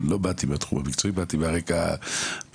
לא באתי מהתחום המקצועי, באתי מרקע פוליטי.